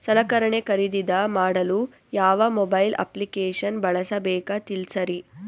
ಸಲಕರಣೆ ಖರದಿದ ಮಾಡಲು ಯಾವ ಮೊಬೈಲ್ ಅಪ್ಲಿಕೇಶನ್ ಬಳಸಬೇಕ ತಿಲ್ಸರಿ?